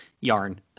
yarn